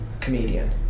comedian